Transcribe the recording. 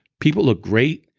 people are great,